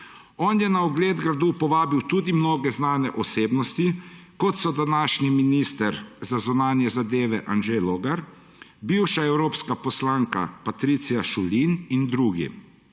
On je na ogled gradu povabil tudi mnoge znanje osebnosti, kot so današnji minister za zunanje zadeve Anže Logar, bivša evropska poslanka Patricija Šulin in drugi.